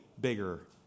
bigger